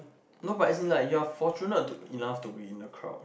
no but as in like you are fortunate to enough to be in a crowd